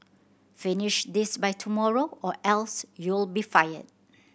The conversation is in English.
finish this by tomorrow or else you'll be fired